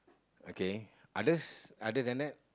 okay others other than that